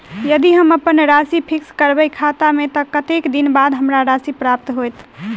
यदि हम अप्पन राशि फिक्स करबै खाता मे तऽ कत्तेक दिनक बाद हमरा राशि प्राप्त होइत?